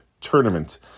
Tournament